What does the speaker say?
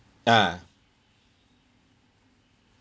ah